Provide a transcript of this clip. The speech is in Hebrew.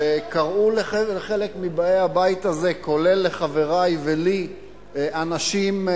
שקראו לחלק מבאי הבית הזה, כולל לחברי ולי, אנשים,